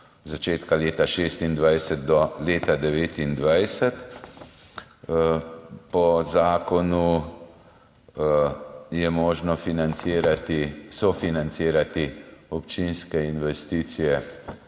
začetka leta 2026 do leta 2029. Po zakonu je možno sofinancirati občinske investicije